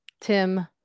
Tim